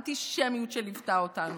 האנטישמיות שליוותה אותנו,